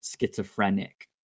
schizophrenic